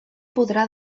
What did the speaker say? podrà